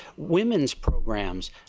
women's programs.